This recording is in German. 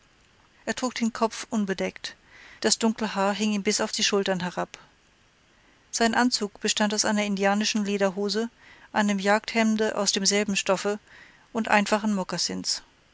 er trug den kopf unbedeckt das dunkle haar hing ihm bis auf die schultern herab sein anzug bestand aus einer indianischen lederhose einem jagdhemde aus demselben stoffe und einfachen